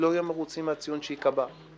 לא יהיו מרוצים מהציון שייקבע,